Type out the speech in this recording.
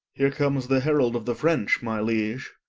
here comes the herald of the french, my liege